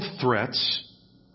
threats